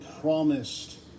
promised